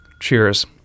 Cheers